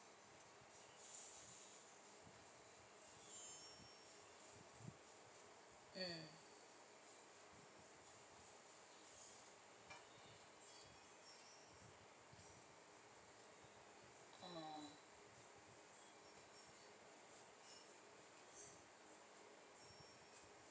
mm mm